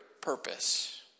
purpose